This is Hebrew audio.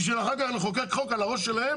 בשביל אחר כך לחוקק חוק על הראש שלהם?